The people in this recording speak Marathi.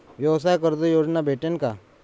व्यवसाय कर्ज योजना भेटेन का?